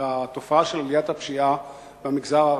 אחר התופעה של עליית הפשיעה במגזר הערבי.